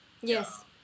Yes